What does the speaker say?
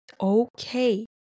okay